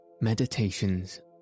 Meditations